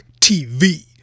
tv